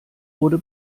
wurde